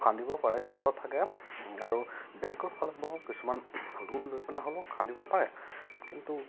খান্দিব পাৰে দৃঢ়তা থাকে আৰু বেংকৰফালৰপৰাও কিছুমান লোন লৈ পেলাই হ'ব খান্দিব পাৰে কিন্তু